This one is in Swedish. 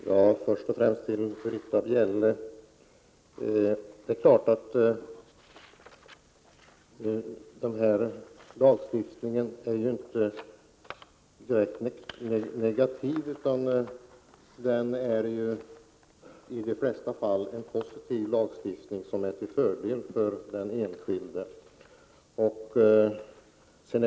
Herr talman! Det är klart att denna lagstiftning inte är direkt negativ utan i de flesta fall positiv och till fördel för den enskilde, Britta Bjelle.